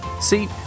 See